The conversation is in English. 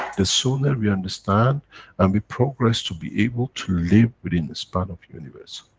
the sooner we understand and we progress to be able to live within the span of universe.